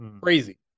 Crazy